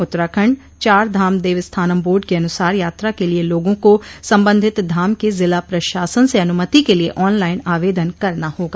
Uttarakhand Char Dham Devasthanam board के अनुसार यात्रा के लिए लोगों को सम्बन्धित धाम के जिला प्रशासन से अनुमति के लिए ऑनलाइन आवेदन करना होगा